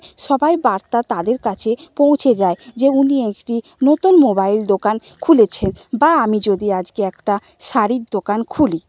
সবাই বার্তা তাদের কাছে পৌঁছে যায় যে উনি একটি নতুন মোবাইল দোকান খুলেছেন বা আমি যদি আজকে একটা শাড়ির দোকান খুলি